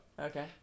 Okay